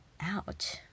ouch